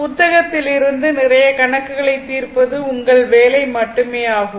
புத்தகத்திலிருந்து நிறைய கணக்குகளை தீர்ப்பது உங்கள் வேலை மட்டுமே ஆகும்